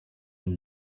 und